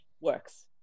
works